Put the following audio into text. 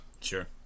Sure